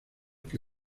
que